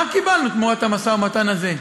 מה קיבלנו תמורת המשא-ומתן הזה?